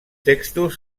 textos